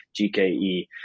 gke